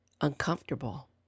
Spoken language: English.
uncomfortable